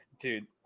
Dude